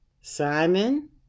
simon